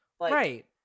Right